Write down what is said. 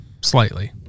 Slightly